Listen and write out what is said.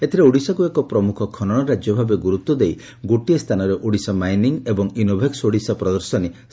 ଏଥିରେ ଓଡ଼ିଶାକ୍ ଏକ ପ୍ରମୁଖ ଖନନ ରାଜ୍ୟ ଭାବେ ଗୁରୁତ୍ୱ ଦେଇ ଗୋଟିଏ ସ୍ଚାନରେ ଓଡ଼ିଶା ମାଇନିଂ ଏବଂ ଇନୋଭେକ୍ ଓଡ଼ିଶା ପ୍ରଦର୍ଶନୀ ସ୍ରାନ ପାଇବ